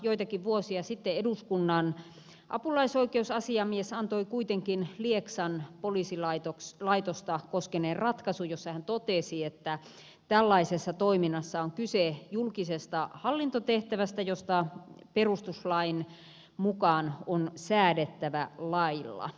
joitakin vuosia sitten eduskunnan apulaisoikeusasiamies antoi kuitenkin lieksan poliisilaitosta koskeneen ratkaisun jossa hän totesi että tällaisessa toiminnassa on kyse julkisesta hallintotehtävästä josta perustuslain mukaan on säädettävä lailla